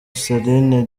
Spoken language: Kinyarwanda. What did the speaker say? celine